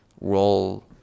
role